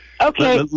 Okay